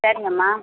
சரிங்கம்மா